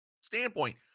standpoint